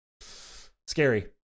Scary